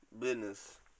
business